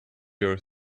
your